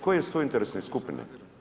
Koje su to interesne skupine?